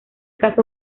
caso